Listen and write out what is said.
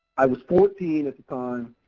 i was fourteen at the time,